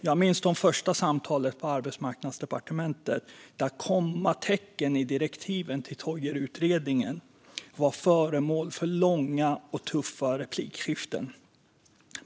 Jag minns de första samtalen på Arbetsmarknadsdepartementet då kommatecken i direktiven till Toijerutredningen var föremål för långa och tuffa replikskiften.